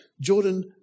Jordan